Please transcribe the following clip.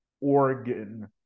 Oregon